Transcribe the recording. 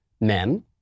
men